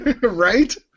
Right